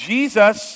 Jesus